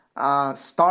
Start